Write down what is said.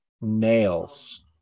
nails